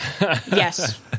Yes